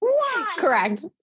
correct